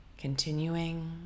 Continuing